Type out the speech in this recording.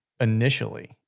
initially